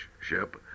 ship